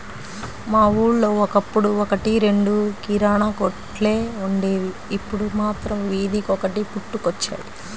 మా ఊళ్ళో ఒకప్పుడు ఒక్కటి రెండు కిరాణా కొట్లే వుండేవి, ఇప్పుడు మాత్రం వీధికొకటి పుట్టుకొచ్చాయి